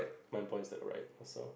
mine points the right also